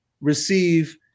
receive